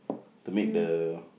to make the